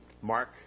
Mark